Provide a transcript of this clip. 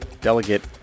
delegate